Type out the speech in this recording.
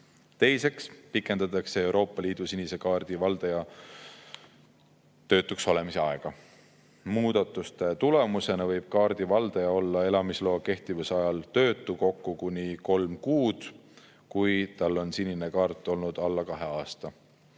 Teiseks pikendatakse Euroopa Liidu sinise kaardi valdaja [võimalikku] töötuks olemise aega. Muudatuste tulemusena võib kaardi valdaja olla elamisloa kehtivuse ajal töötu kokku kuni kolm kuud, kui tal on sinine kaart olnud alla kahe aasta.